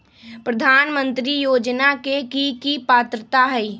प्रधानमंत्री योजना के की की पात्रता है?